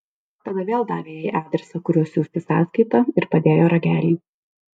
tada vėl davė jai adresą kuriuo siųsti sąskaitą ir padėjo ragelį